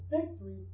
victory